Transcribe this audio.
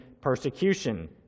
persecution